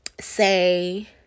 say